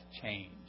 change